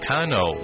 Kano